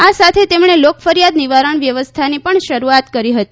આ સાથે તેમણે લોકફરીયાદ નિવારણવ્યવસ્થાની પણ શરૂઆત કરી હતી